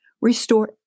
restore